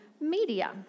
media